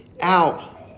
out